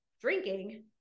drinking